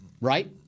Right